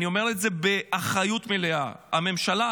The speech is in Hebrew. אני אומר את זה באחריות מלאה: הממשלה,